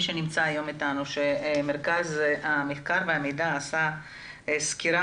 שנמצא איתנו שמרכז המחקר והמידע עשה סקירה,